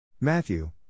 Matthew